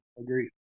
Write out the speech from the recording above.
Agree